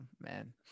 man